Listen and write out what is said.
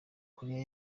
koreya